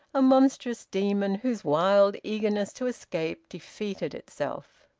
a monstrous demon whose wild eagerness to escape defeated itself.